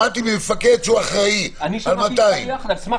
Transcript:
שמעתי ממפקד שהוא אחראי על 200. שמעתי מהרבה